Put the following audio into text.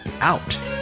out